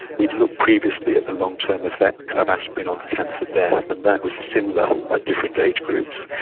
we'd looked previously at the long-term effect of aspirin on cancer death and that was similar at different age groups.